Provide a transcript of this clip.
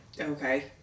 Okay